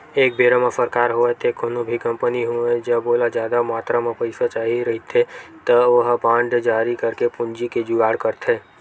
एक बेरा म सरकार होवय ते कोनो भी कंपनी होवय जब ओला जादा मातरा म पइसा चाही रहिथे त ओहा बांड जारी करके पूंजी के जुगाड़ करथे